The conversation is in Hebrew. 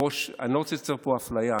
אני לא רוצה לייצר פה אפליה.